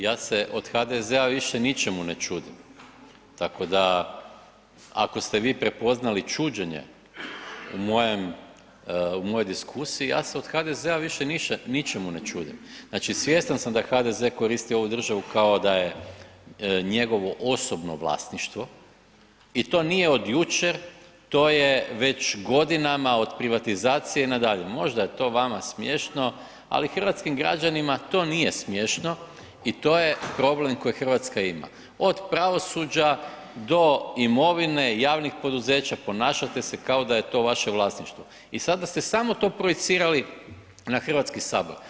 Ja se od HDZ-a više ničemu ne čudim, tako da ako ste vi prepoznali čuđenje u mojem, u mojoj diskusiji, ja se od HDZ-a više ničemu ne čudim, znači svjestan sam da HDZ koristi ovu državu kao da je njegovo osobno vlasništvo i to nije od jučer, to je već godinama, od privatizacije na dalje, možda je to vama smiješno, ali hrvatskim građanima to nije smiješno i to je problem koji RH ima, od pravosuđa do imovine javnih poduzeća, ponašate se kao da je to vaše vlasništvo i sada ste samo to projicirali na HS.